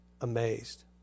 amazed